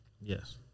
Yes